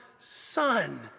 son